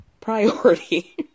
priority